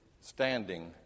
standing